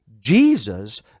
jesus